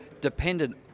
dependent